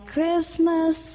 Christmas